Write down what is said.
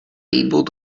able